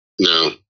No